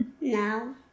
No